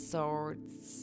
Swords